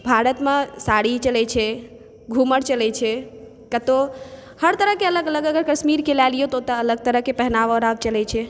भारतमे साड़ी चलै छै घूमड़ चलै छै कतौ हर तरहके अलग अलग अगर कश्मीरके लए लियौ तऽ अलग तरहके पहिनाव ओढ़ाव चलै छै